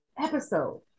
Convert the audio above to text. episode